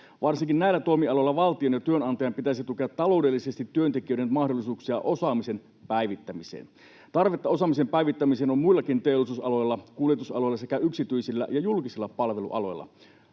Varsinkin näillä toimialoilla valtion ja työnantajan pitäisi tukea taloudellisesti työntekijöiden mahdollisuuksia osaamisen päivittämiseen. Tarvetta osaamisen päivittämiseen on muillakin teollisuusaloilla, kuljetusaloilla sekä yksityisillä ja julkisilla palvelualoilla.